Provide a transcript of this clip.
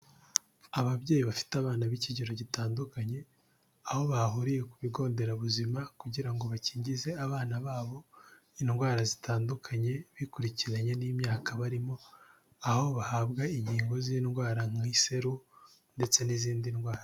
Ababyeyi bafite abana b'ikigero gitandukanye, aho bahuriye ku bigo nderabuzima kugira ngo bakingize abana babo indwara zitandukanye bikurikiranye n'imyaka barimo, aho bahabwa inkingo z'indwara nk'iseru ndetse n'izindi ndwara.